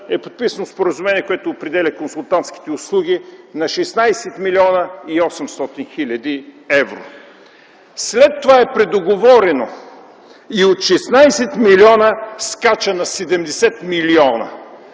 е подписано споразумение, което определя консултантските услуги на 16 млн. 800 хил. евро. След това е предоговорено и от 16 милиона скача на 70 милиона.